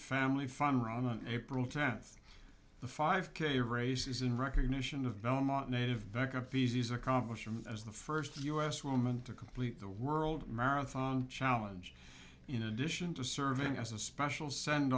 family fun run an april tenth the five k races in recognition of belmont native becca fees accomplishment as the first u s woman to complete the world marathon challenge in addition to serving as a special send